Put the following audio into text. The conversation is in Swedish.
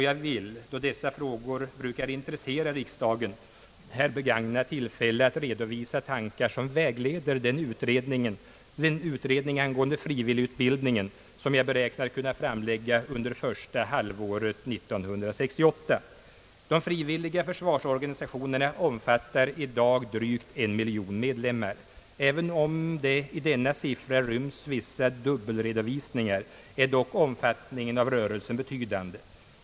Jag vill, då dessa frågor brukar intressera riksdagen, begagna tillfället att redovisa de tankar som vägleder den utredning angående frivilligutbildningen som jag beräknar att kunna framlägga under första halvåret 1968. na omfattar i dag drygt en miljon medlemmar. även om det i denna siffra ryms viss dubbelredovisningar är dock rörelsens omfattning betydande.